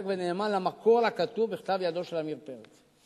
ונאמן למקור לכתוב בכתב ידו של עמיר פרץ.